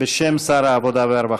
בשם שר העבודה והרווחה.